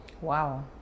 Wow